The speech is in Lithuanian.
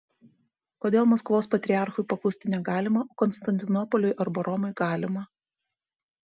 kodėl maskvos patriarchui paklusti negalima o konstantinopoliui arba romai galima